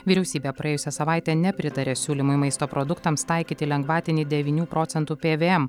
vyriausybė praėjusią savaitę nepritarė siūlymui maisto produktams taikyti lengvatinį devynių procentų pvm